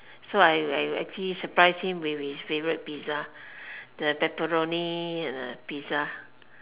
so I actually surprise him with his favourite pizza the pepperoni pizza